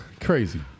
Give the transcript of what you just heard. crazy